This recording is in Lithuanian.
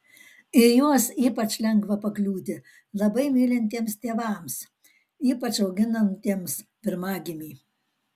į juos ypač lengva pakliūti labai mylintiems tėvams ypač auginantiems pirmagimį